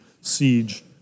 siege